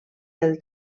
del